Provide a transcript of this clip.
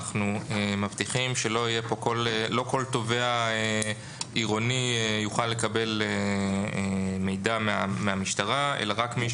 אנחנו מבטיחים שלא כל תובע עירוני יוכל לקבל מידע מהמשטרה אלא רק מי